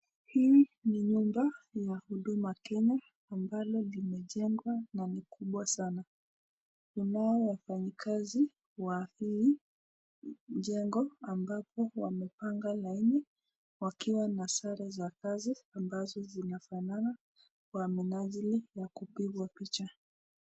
Hii ni nyumba ya huduka Kenya ambalo limejengwa na ni kubwa sana, kunao wafanyikazi wa hii jengo ambapo wamepanga laini wakiwa na sare za kazi ambazo zinafanana, kwa minajili ya kupigwa picha.